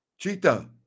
Cheetah